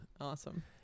Awesome